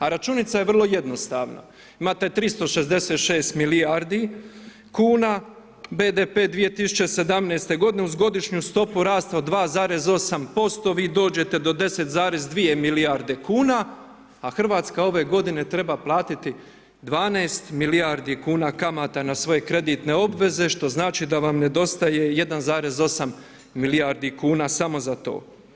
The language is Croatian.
A računica je vrlo jednostavna, imate 366 milijardi kn, BDP 2017. g. uz godišnju stopu rasta od 2,8%, vi dođete do 10,2 milijardi kuna, a Hrvatska ove g. treba platiti 12 milijardi kuna kamata na svoje kreditne obveze, što znači da vam nedostaje 1,8 milijardi kuna samo za to.